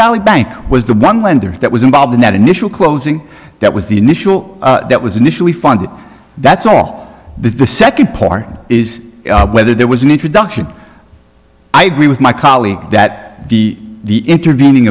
valley bank was the one lender that was involved in that initial closing that was the initial that was initially funded that's all but the second part is whether there was an introduction i agree with my colleague that the intervening